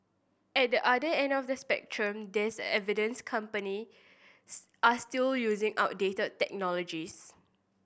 at the other end of the spectrum there's evidence company are still using outdated technologies